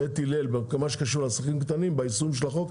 בית הלל במה שקשור לעסקים קטנים ביישום של החוק,